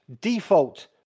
Default